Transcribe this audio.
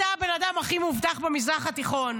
אתה הבן אדם הכי מאובטח במזרח התיכון.